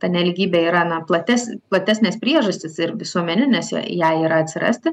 ta nelygybė yra na plates platesnės priežastys ir visuomeninės ja jai yra atsirasti